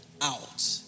out